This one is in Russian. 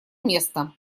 место